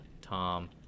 Tom